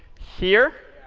here?